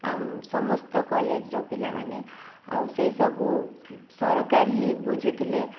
ଆମ ସମସ୍ତ କଲେଜ୍ର ପିଲାମାନେ ଆଉ ସେ ସବୁ ସରକାର ହିଁ ବୁଝୁ ଥିଲେ